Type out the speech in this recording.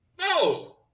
No